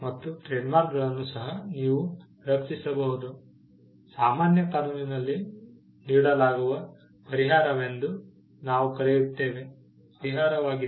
ಮತ್ತು ಟ್ರೇಡ್ಮಾರ್ಕ್ಗಳನ್ನು ಸಹ ನೀವು ರಕ್ಷಿಸಬಹುದು ಸಾಮಾನ್ಯ ಕಾನೂನಿನಲ್ಲಿ ನೀಡಲಾಗುವ ಪರಿಹಾರವೆಂದು ನಾವು ಕರೆಯುತ್ತೇವೆ ಅದು ಪರಿಹಾರವಾಗಿದೆ